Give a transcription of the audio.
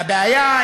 והבעיה,